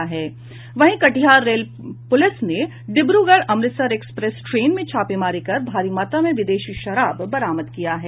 Katihar rail police ने Dibrugarh Amritsar express train में छापेमारी कर भारी मात्रा में विदेशी शराब बरामद किया है